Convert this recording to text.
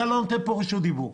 אתה לא נותן פה את רשות הדיבור.